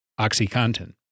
OxyContin